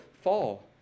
fall